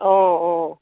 অঁ অঁ